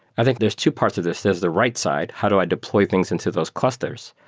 i think there's two parts of this. there's the right side. how do i deploy things into those clusters?